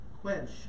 quench